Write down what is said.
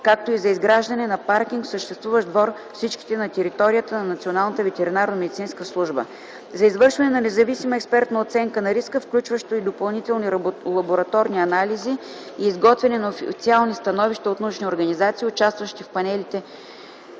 както и за изграждане на паркинг в съществуващ двор – всичките на територията на Националната ветеринарномедицинска служба. За извършване на независима експертна оценка на риска, включващо и допълнителни лабораторни анализи и изготвяне на официални становища от научни организации, участващи в панелите